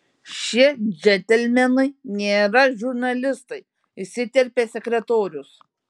šie džentelmenai nėra žurnalistai įsiterpė sekretorius